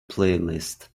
playlist